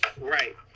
Right